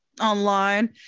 Online